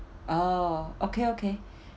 oh okay okay